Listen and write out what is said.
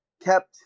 kept